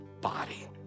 body